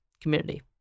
community